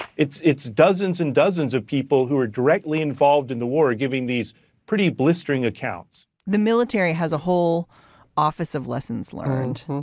it's it's dozens and dozens of people who are directly involved in the war giving these pretty blistering accounts the military has a whole office of lessons learned.